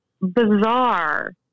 bizarre